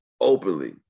openly